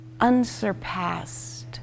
unsurpassed